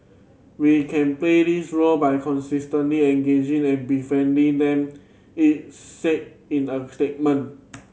we can play this role by consistently engaging and befriending them it said in a statement